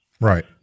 Right